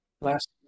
last